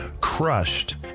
crushed